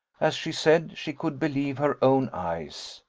as she said, she could believe her own eyes.